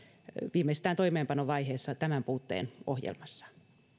viimeistään toimeenpanovaiheessa tämän puutteen ohjelmassaan